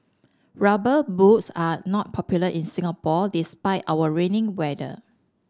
rubber boots are not popular in Singapore despite our rainy weather